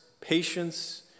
patience